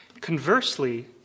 Conversely